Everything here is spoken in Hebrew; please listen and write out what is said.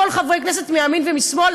כל חברי הכנסת מימין ומשמאל,